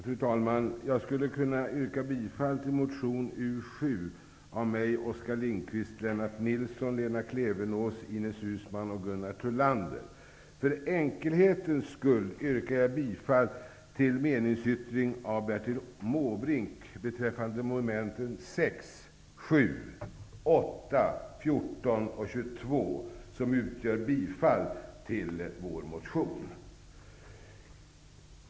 Fru talman! Jag vill yrka bifall till motion U7 av mig, Oskar Lindkvist, Lennart Nilsson, Lena För enkelhetens skull yrkar jag också bifall till meningsyttringen av Bertil Måbrink beträffande mom. 6, 7, 8, 14 och 22, med hemställan om bifall till vår motion.